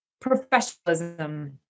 professionalism